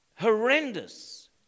Horrendous